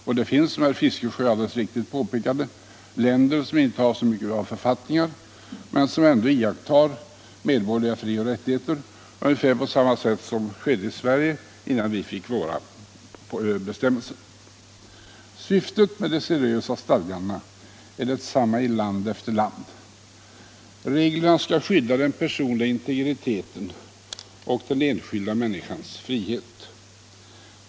Och det finns, som herr Fiskesjö alldeles riktigt påpekade, länder som inte har så mycket av författningar men ändå iakttar medborgerliga frioch rättigheter ungefär på samma sätt som skedde i Sverige innan vi fick våra nuvarande bestämmelser. Syftet med de seriösa stadgandena är detsamma i land efter land. Reglerna skall skydda den personliga integriteten och den enskilda människans frihet.